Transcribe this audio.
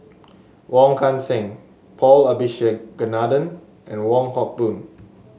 Wong Kan Seng Paul Abisheganaden and Wong Hock Boon